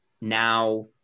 now